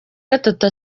gatatu